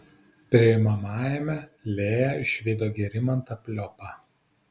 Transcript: priimamajame lėja išvydo gerimantą pliopą